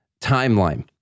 timeline